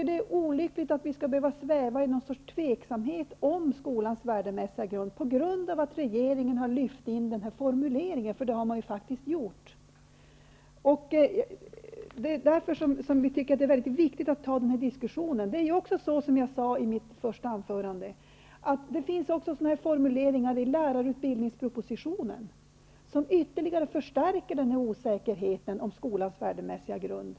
Det är olyckligt att vi skall behöva sväva i tvivel om skolans värdemässiga grund, på grund av att regeringen har lyft in denna formulering. Det är därför viktigt att diskussionen förs. Som jag sade i mitt första anförande finns det sådana formuleringar i propositionen om lärarutbildning vilka ytterligare förstärker osäkerheten om skolans värdemässiga grund.